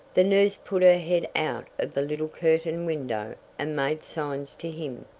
the nurse put her head out of the little curtained window and made signs to him.